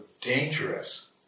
dangerous